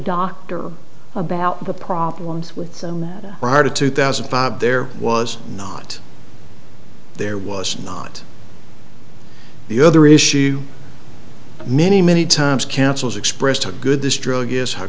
doctor about the problems with them prior to two thousand and five there was not there was not the other issue many many times cancels expressed how good this drug is how